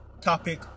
topic